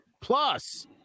plus